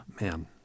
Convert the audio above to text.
man